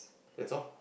that's all